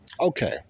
Okay